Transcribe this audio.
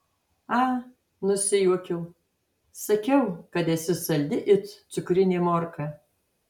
a nusijuokiau sakiau kad esi saldi it cukrinė morka